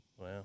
Wow